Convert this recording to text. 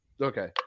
Okay